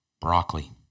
broccoli